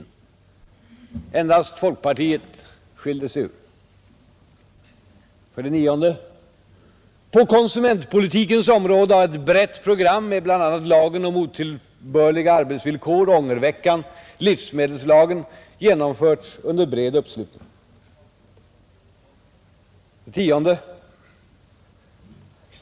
9. På konsumentpolitikens område har ett brett program med bl.a. lagen om otillbörliga arbetsvillkor, ångerveckan och livsmedelslagen genomförts under bred uppslutning. 10.